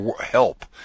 help